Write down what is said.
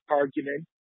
argument